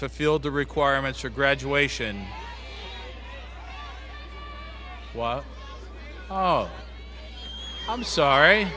fulfilled the requirements for graduation oh i'm sorry